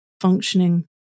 functioning